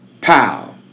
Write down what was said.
pow